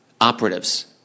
operatives